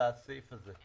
על הסעיף הזה.